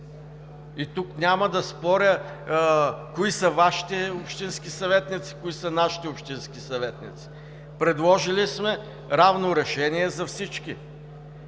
Няма да споря тук кои са Вашите общински съветници – кои са нашите общински съветници. Предложили сме равно решение за всички